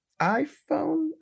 iPhone